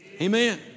amen